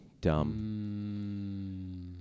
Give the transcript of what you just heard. Dumb